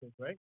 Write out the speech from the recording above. right